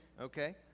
okay